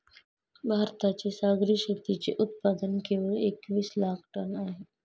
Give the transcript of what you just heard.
भारताचे सागरी शेतीचे उत्पादन केवळ एकवीस लाख टन आहे